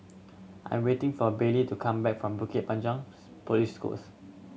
I am waiting for Baylie to come back from Bukit Panjang Police Post